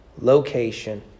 location